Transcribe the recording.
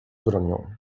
bronią